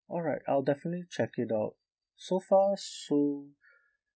alright I'll definitely check it out so far so